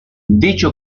dicho